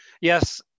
Yes